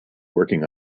working